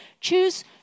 choose